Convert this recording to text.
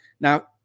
Now